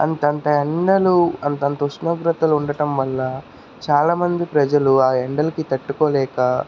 అంతంత ఎండలు అంతంత ఉష్ణోగ్రతలు ఉండటం వల్ల చాలామంది ప్రజలు ఆ ఎండలకి తట్టుకోలేక